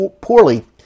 poorly